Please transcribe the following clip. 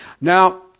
Now